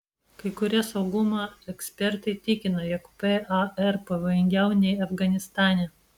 kai kurie saugumo ekspertai tikina jog par pavojingiau nei afganistane